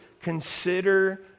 Consider